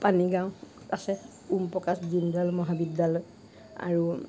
পানীগাঁও আছে ঔম প্ৰকাশ দীনদয়াল মহাবিদ্যালয় আৰু